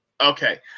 Okay